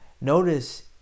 Notice